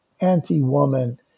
anti-woman